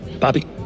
Bobby